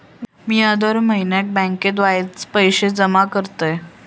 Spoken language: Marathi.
मिया दर म्हयन्याक बँकेत वायच पैशे जमा करतय